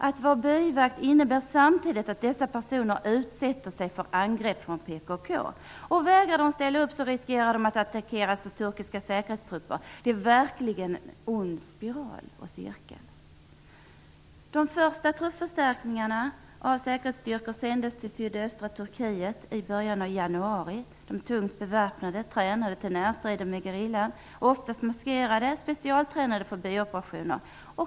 Att vara byvakt innebär samtidigt att man utsätter sig för angrepp från PKK. Om de vägrar att ställa upp riskerar de att attackeras av turkiska säkerhetstrupper. Det är verkligen en ond cirkel. De första truppförstärkningarna av säkerhetsstyrkor sändes till sydöstra Turkiet i början av januari. De är tungt beväpnade, tränade för närstrider med gerillan, oftast maskerade och specialtränade för byoperationer.